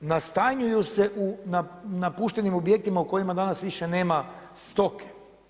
Nastanjuju se u napuštenim objektima u kojima danas više nema stoke.